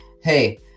hey